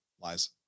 lies